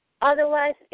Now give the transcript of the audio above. otherwise